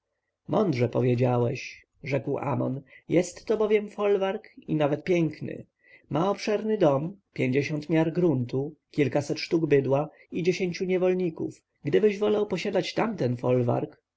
mądrze powiedziałeś rzekł amon jest to bowiem folwark i nawet piękny ma obszerny dom pięćdziesiąt miar gruntu kilkanaście sztuk bydła i dziesięciu niewolników gdybyś wolał posiadać tamten folwark